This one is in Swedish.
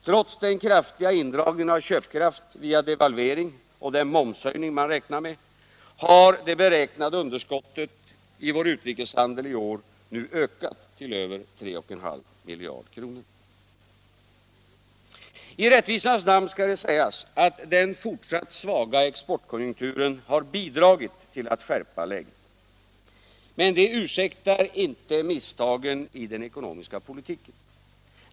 Trots den kraftiga indragningen av köpkraft genom devalveringen och den momshöjning man räknar med, har det beräknade underskottet i vår utrikeshandel i år nu ökat till över 3,5 miljarder kronor. I rättvisans namn skall sägas att den fortsatt svaga exportkonjunkturen har bidragit till att skärpa läget, men det ursäktar inte misstagen i den ekonomiska politiken.